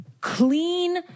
clean